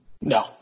No